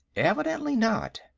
evidently not.